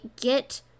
get